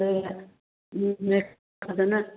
ꯑꯗꯣ ꯐꯖꯅ